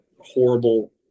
horrible